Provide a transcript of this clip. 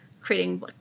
creating